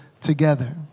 together